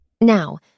Now